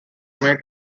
made